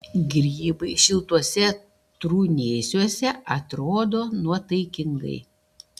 grybai šiltuose trūnėsiuose atrodo nuotaikingai